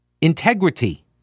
integrity